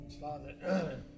Father